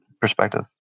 perspective